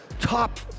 top